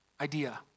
idea